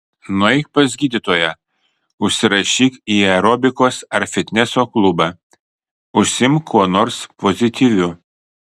nueik pas gydytoją užsirašyk į aerobikos ar fitneso klubą užsiimk kuo nors pozityviu